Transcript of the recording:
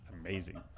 amazing